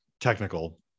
technical